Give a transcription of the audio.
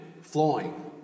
flowing